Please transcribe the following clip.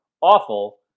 awful